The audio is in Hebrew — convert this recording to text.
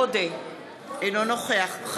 אינו נוכח איימן עודה,